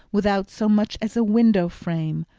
without so much as a window-frame,